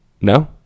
No